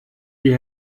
die